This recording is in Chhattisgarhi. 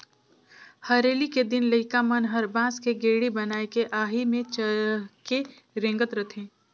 हरेली के दिन लइका मन हर बांस के गेड़ी बनायके आही मे चहके रेंगत रथे